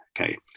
okay